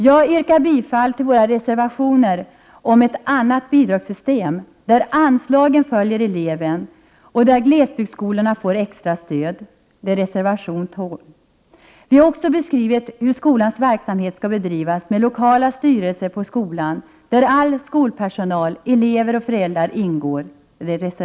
Jag yrkar bifall till reservation 12 om ett annat bidragssystem, där anslagen följer eleven och där glesbygdsskolorna får extra stöd. Jag yrkar också bifall till reservation 19 där vi har beskrivit hur skolans verksamhet skall bedrivas - med lokala styrelser på skolan, där all skolpersonal, elever och föräldrar ingår.